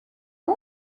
one